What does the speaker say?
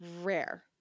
Rare